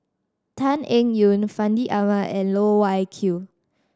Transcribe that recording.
Tan Eng Yoon Fandi Ahmad and Loh Wai Kiew